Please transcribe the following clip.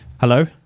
Hello